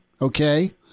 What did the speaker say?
okay